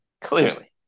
clearly